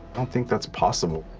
i don't think that's possible.